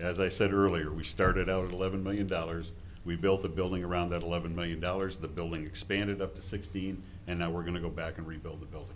as i said earlier we started out eleven million dollars we built a building around that eleven million dollars the building expanded up to sixteen and now we're going to go back and rebuild the building